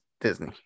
Disney